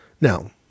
Now